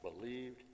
believed